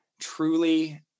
truly